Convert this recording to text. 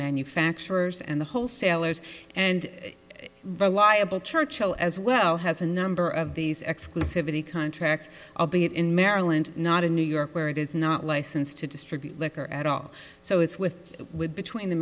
manufacturers and the wholesalers and the liable churchill as well has a number of these exclusivity contracts albeit in maryland not in new york where it is not licensed to distribute liquor at all so it's with with between the